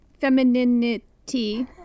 femininity